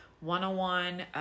one-on-one